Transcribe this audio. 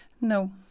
No